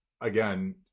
again